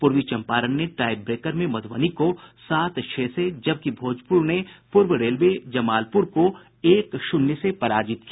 पूर्वी चम्पारण ने tie breaker में मध्रबनी को सात छह से जबकि भोजपुर ने पूर्व रेलवे जमालपुर को एक शून्य से पराजित किया